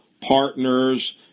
partners